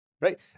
right